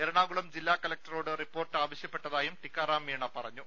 എറണാകുളം ജില്ലാ കളക്ടറോട് റിപ്പോർട്ട് ആവശ്യപ്പെട്ടതായും ടിക്കാറാം മീണ പറഞ്ഞു